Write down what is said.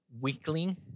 weakling